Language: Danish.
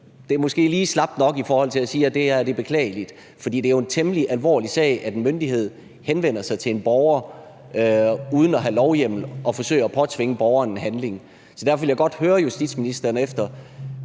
det er lige slapt nok at sige, at det her er beklageligt, for det er jo en temmelig alvorlig sag, at en myndighed henvender sig til en borger uden at have lovhjemmel og forsøger at påtvinge borgeren en handling. Så derfor vil jeg godt høre justitsministeren: